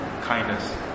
kindness